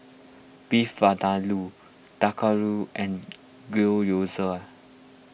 Beef Vindaloo Dhokla and Gyoza